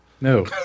No